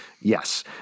Yes